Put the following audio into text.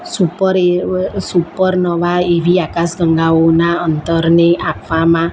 super supernova એ બી આકાશ ગંગાઓનાં અંતરને આપવામાં